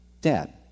Dad